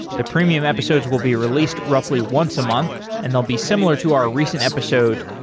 the premium episodes will be released roughly once a month and they'll be similar to our recent episode,